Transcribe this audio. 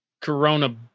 Corona